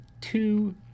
two